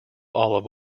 olive